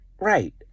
right